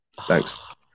thanks